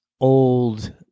old